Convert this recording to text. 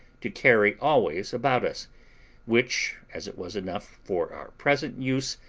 to carry always about us which, as it was enough for our present use,